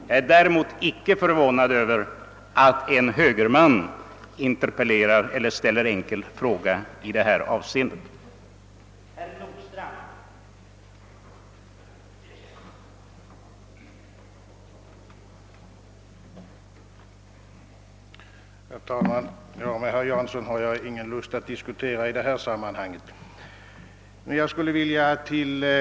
Jag är däremot icke förvånad över att en högerman ställer en enkel fråga av den art som herr Nordstrandh här gjort.